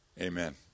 Amen